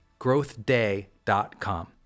growthday.com